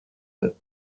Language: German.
mile